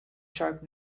sharp